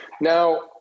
Now